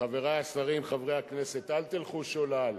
חברי השרים, חברי הכנסת, אל תלכו שולל.